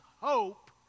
hope